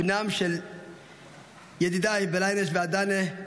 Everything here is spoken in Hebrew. בנם של ידידיי בלאינש ואדנה,